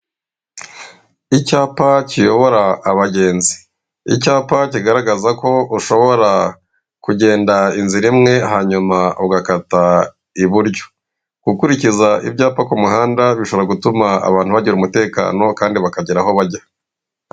Icyapa kiyobora abagenzi, icyapa kigaragaza ko ushobora kugenda inzira imwe hanyuma ugakata iburyo, gukurikiza ibyapa kumuhanda bishobora gutuma abantu bagira umutekano Kandi bakagera aho bajya.